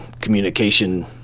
communication